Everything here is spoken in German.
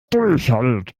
durchhält